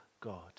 God